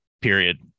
period